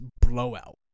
blowout